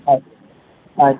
ಆಯ್ತು ಆಯ್ತು